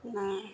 ନା